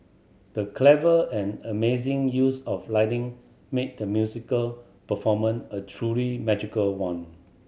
the clever and amazing use of lighting made the musical performance a truly magical one